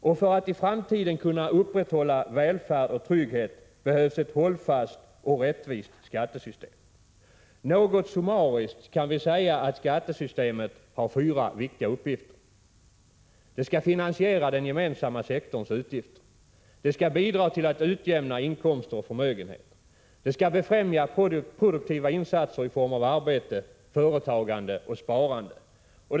Och för att i framtiden kunna upprätthålla välfärd och trygghet behövs ett hållfast och rättvist skattesystem. Något summariskt kan vi säga att skattesystemet har fyra viktiga uppgifter: 1. Det skall finansiera den gemensamma sektorns utgifter. 2. Det skall bidra till att utjämna inkomster och förmögenheter. 3. Det skall befrämja produktiva insatser i form av arbete, företagande och sparande. 4.